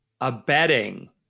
abetting